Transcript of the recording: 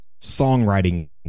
songwriting